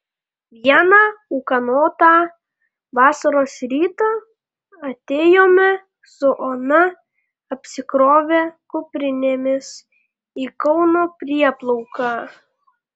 vieną ūkanotą vasaros rytą atėjome su ona apsikrovę kuprinėmis į kauno prieplauką